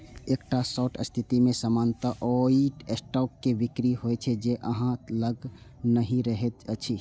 एकटा शॉर्ट स्थिति मे सामान्यतः ओइ स्टॉक के बिक्री होइ छै, जे अहां लग नहि रहैत अछि